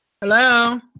Hello